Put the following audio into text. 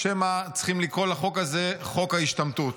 או שמא צריכים לקרוא לחוק הזה "חוק ההשתמטות".